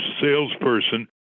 salesperson